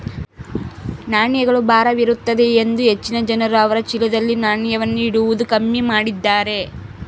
ನಾಣ್ಯಗಳು ಭಾರವಿರುತ್ತದೆಯೆಂದು ಹೆಚ್ಚಿನ ಜನರು ಅವರ ಚೀಲದಲ್ಲಿ ನಾಣ್ಯವನ್ನು ಇಡುವುದು ಕಮ್ಮಿ ಮಾಡಿದ್ದಾರೆ